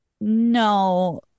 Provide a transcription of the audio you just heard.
no